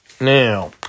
now